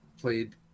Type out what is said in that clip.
played